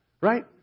Right